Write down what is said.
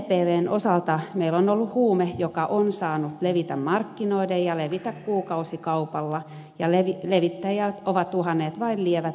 mdpvn osalta meillä on ollut huume joka on saanut levitä markkinoille ja levitä kuukausikaupalla ja levittäjiä ovat uhanneet vain lievät rangaistukset